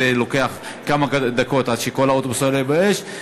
לוקח כמה דקות עד שכל האוטובוס עולה באש,